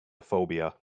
phobia